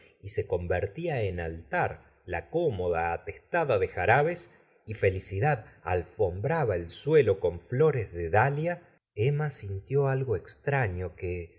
y se convertía en altar la cómoda atestada de jarabes y felicidad alfombraba el suelo con flores de dalia emma sintió algo ex traño que